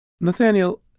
Nathaniel